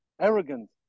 arrogant